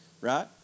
right